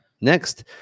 next